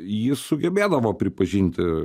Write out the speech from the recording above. jis sugebėdavo pripažinti